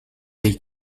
they